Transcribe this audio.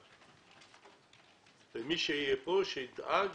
מי שיבוא שידאג